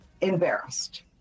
embarrassed